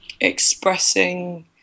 expressing